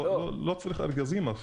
לא, לא צריך ארגזים.